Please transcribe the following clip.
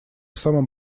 самым